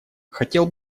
хотел